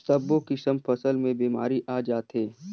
सब्बो किसम फसल मे बेमारी आ जाथे